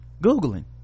Googling